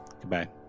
goodbye